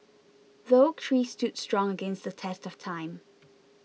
the oak tree stood strong against the test of time